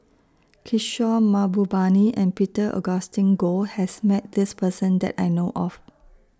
Kishore Mahbubani and Peter Augustine Goh has Met This Person that I know of